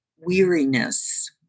weariness